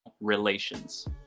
relations